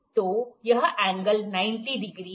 तो यह angle 90 degree है